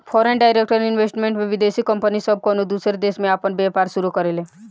foreign direct investment में विदेशी company सब कउनो दूसर देश में आपन व्यापार शुरू करेले